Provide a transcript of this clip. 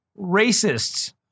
racists